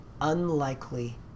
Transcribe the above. unlikely